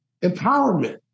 empowerment